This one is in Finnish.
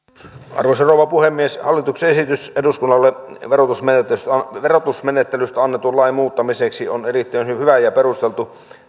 arvoisa rouva puhemies hallituksen esitys eduskunnalle verotusmenettelystä verotusmenettelystä annetun lain muuttamiseksi on erittäin hyvä ja perusteltu